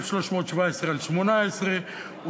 פ/1317/18,